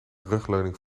rugleuning